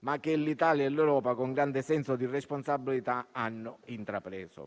ma l'Italia e l'Europa, con grande senso di responsabilità, l'hanno intrapresa.